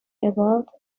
about